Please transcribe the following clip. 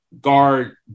guard